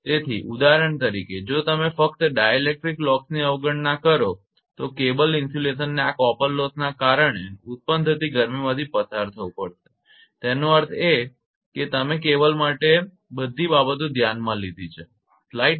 તેથી ઉદાહરણ તરીકે જો તમે ફક્ત ડાઇલેક્ટ્રિક લોસની અવગણના કરો તો કેબલ ઇન્સ્યુલેશનને આ કોપર લોસના કારણે ઉત્પન્ન થતી ગરમીમાંથી પસાર થવું પડશે તેનો અર્થ એ કે તમે કેબલ માટે આ બધી બાબતો ધ્યાનમાં લીધી છે બરાબર